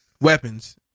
Weapons